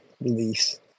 release